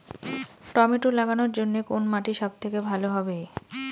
Tomato লাগানোর জন্যে কোন মাটি সব থেকে ভালো হবে?